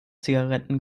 zigaretten